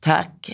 Tack